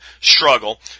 struggle